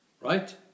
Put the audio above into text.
Right